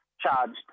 charged